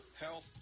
health